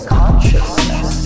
consciousness